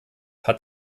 hat